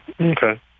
Okay